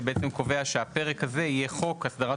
שבעצם קובע שהפרק הזה יהיה חוק הסדרת